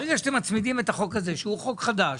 ברגע שאתם מצמידים את החוק הזה שהוא חוק חדש